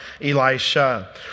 Elisha